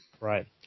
Right